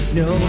no